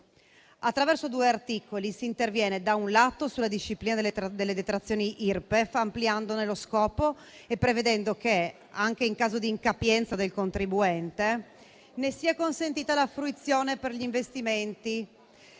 Attraverso due articoli si interviene, da un lato, sulla disciplina delle detrazioni Irpef, ampliandone lo scopo e prevedendo che, anche in caso di incapienza del contribuente, ne sia consentita la fruizione per gli investimenti